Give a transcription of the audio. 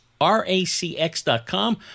racx.com